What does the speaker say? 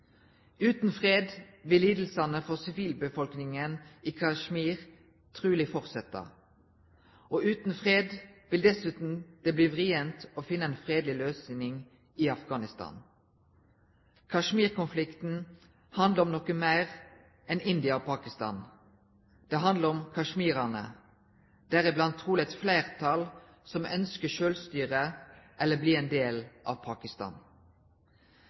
Uten fred vil lidelsene for sivilbefolkningen i Kashmir trolig fortsette. Og uten fred vil det dessuten bli vrient å finne en fredelig løsning i Afghanistan. Kashmir-konflikten handler om noe mer enn India og Pakistan. Den handler om kasjmirerne, deriblant trolig et flertall som ønsker selvstyre eller å bli en del av Pakistan.